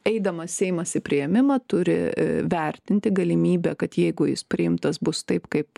eidamas seimas į priėmimą turi vertinti galimybę kad jeigu jis priimtas bus taip kaip